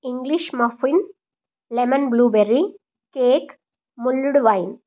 English muffin lemon blueberry cake mulled wine